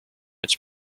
its